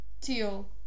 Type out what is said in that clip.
Teal